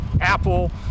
Apple